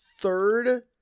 third